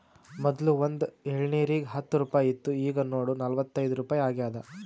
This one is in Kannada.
ಮೊದ್ಲು ಒಂದ್ ಎಳ್ನೀರಿಗ ಹತ್ತ ರುಪಾಯಿ ಇತ್ತು ಈಗ್ ನೋಡು ನಲ್ವತೈದು ರುಪಾಯಿ ಆಗ್ಯಾದ್